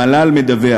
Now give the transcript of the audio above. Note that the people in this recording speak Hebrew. המל"ל מדווח: